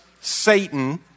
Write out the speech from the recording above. Satan